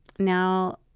Now